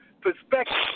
perspective